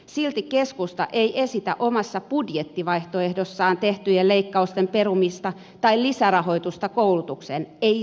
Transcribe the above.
silti keskusta ei esitä omassa budjettivaihtoehdossaan tehtyjen leikkausten perumista tai lisärahoitusta koulutukseen ei sentilläkään